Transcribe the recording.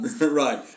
Right